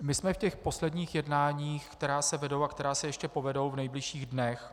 My jsme v těch posledních jednáních, která se vedou a která se ještě povedou v nejbližších dnech.